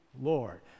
Lord